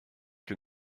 que